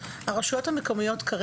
רשויות מקומיות,